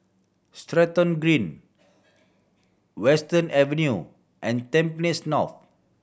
Stratton Green Western Avenue and Tampines North